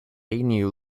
new